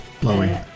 Blowing